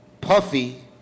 Puffy